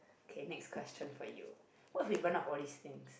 okay next question for you what if we run out of all these things